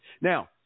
Now